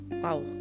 wow